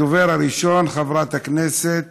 הדוברת הראשונה, חברת הכנסת